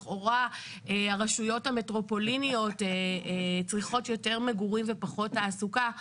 לכאורה הרשויות המטרופוליניות צריכות יותר מגורים ופחות תעסוקה.